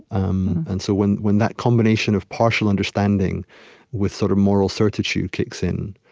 um and so, when when that combination of partial understanding with sort of moral certitude kicks in,